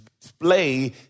display